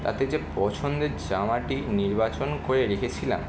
তাতে যে পছন্দের জামাটি নির্বাচন করে রেখেছিলাম